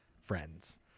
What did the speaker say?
friends